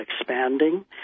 expanding